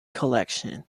collection